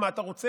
מה אתה רוצה?